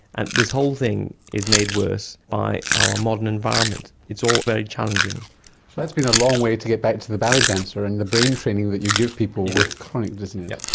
and this whole thing is made worse by our modern environment. it's all very challenging. so that's been a long way to get back to the ballet dancer and the brain training that you give people with chronic dizziness.